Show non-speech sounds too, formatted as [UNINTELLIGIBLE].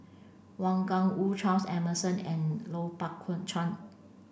Wang Gungwu Charles Emmerson and Lui Pao [UNINTELLIGIBLE] Chuen